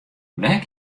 wêr